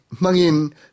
mangin